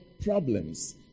problems